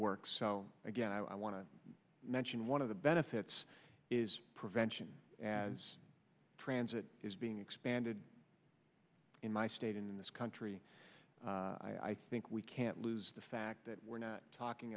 works so again i want to mention one of the benefits is prevention as transit is being expanded in my state in this country i think we can't lose the fact that we're not talking